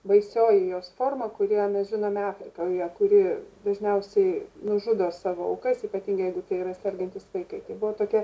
baisioji jos forma kurią mes žinome afrikoje kuri dažniausiai nužudo savo aukas ypatingai jeigu tai yra sergantys vaikai tai buvo tokia